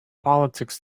politics